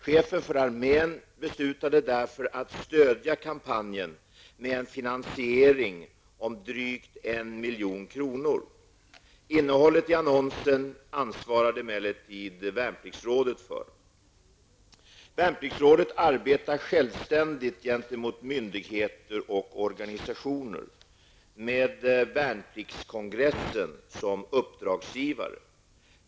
Chefen för armén beslutade därför att stödja kampanjen med en finansiering om drygt en miljon kronor. Innehållet i annonsen ansvarade emellertid Värnpliktsrådet för. Värnpliktsrådet arbetar självständigt gentemot myndigheter och organisationer med värnpliktskongressen som uppdragsgivare.